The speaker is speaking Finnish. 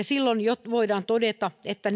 silloin jo voidaan todeta että